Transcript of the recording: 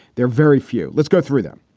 there are very few. let's go through them.